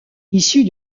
issu